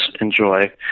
enjoy